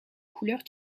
couleur